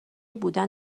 بودن